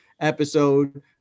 episode